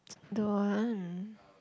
don't want